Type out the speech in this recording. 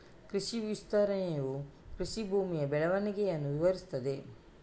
ಕೃಷಿ ವಿಸ್ತರಣೆಯು ಕೃಷಿ ಭೂಮಿಯ ಬೆಳವಣಿಗೆಯನ್ನು ವಿವರಿಸುತ್ತದೆ